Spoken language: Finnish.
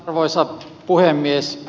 arvoisa puhemies